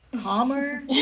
calmer